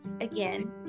again